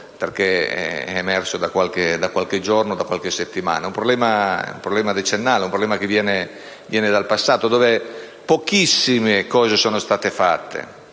perché è emersa da qualche giorno o da qualche settimana; è un problema decennale, è un problema che viene dal passato, per risolvere il quale pochissime cose sono state fatte,